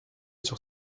sur